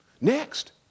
Next